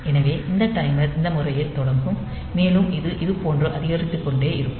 எனவே இந்த டைமர் இந்த பயன்முறையில் தொடங்கும் மேலும் இது இதுபோன்று அதிகமாகிக் கொண்டே இருக்கும்